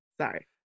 Sorry